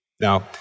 Now